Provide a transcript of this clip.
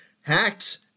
Hacks